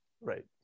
Right